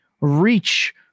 reach